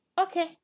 Okay